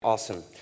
Awesome